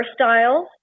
hairstyles